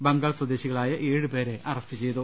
ബംഗാൾ സ്വദേശികളായ ഏഴു പേരെ അറ സ്റ്റുചെയ്തു